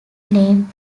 named